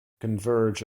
converge